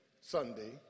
Sunday